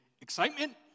excitement